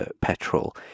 petrol